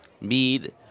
mead